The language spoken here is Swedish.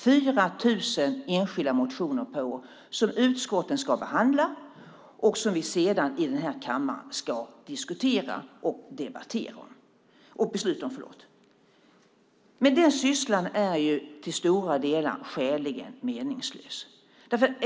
Det är 4 000 enskilda motioner per år som utskotten ska behandla och som vi sedan i denna kammare ska diskutera och besluta om. Men den sysslan är till stora delar skäligen meningslös.